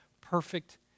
perfect